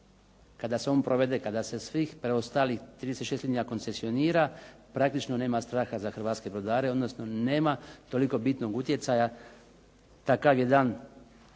kada se on provede, kada se svih preostalih 36 linija koncesionira, praktično nema straha za hrvatske brodare, odnosno nema toliko bitnog utjecaja. Takav jedan